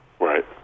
Right